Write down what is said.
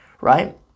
right